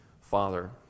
Father